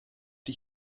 die